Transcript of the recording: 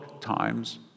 times